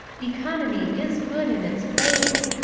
economy is good in its place,